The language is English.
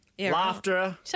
Laughter